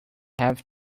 have